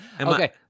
okay